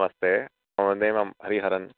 नमस्ते मम नाम हरिहरन्